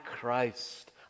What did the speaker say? Christ